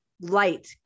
light